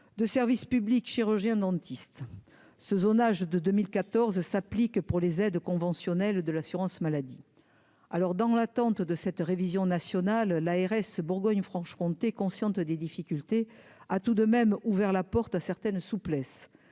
de service public, chirurgien dentiste ce zonage de 2014 s'applique pour les aides conventionnelles de l'assurance maladie, alors dans l'attente de cette révision nationale l'ARS Bourgogne-Franche-Comté consciente des difficultés à tout de même ouvert la porte à certaines souplesses